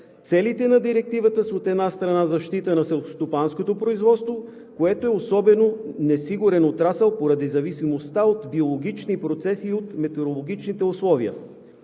Целите на Директивата са, от една страна, в защита на селскостопанското производство, което е особено несигурен отрасъл поради зависимостта от биологични процеси и от метеорологичните условия.